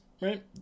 right